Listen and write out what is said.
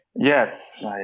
Yes